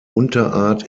unterart